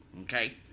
okay